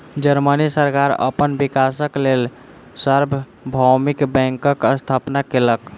Germany सरकार अपन विकासक लेल सार्वभौमिक बैंकक स्थापना केलक